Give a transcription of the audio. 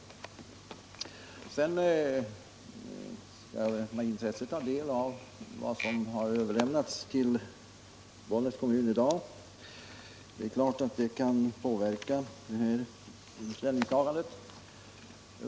Jag skall med intresse ta del av vad som överlämnats till Bollnäs kommun i dag. Det är klart att det kan påverka ställningstagandet.